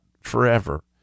forever